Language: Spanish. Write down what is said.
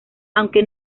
aunque